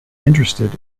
interested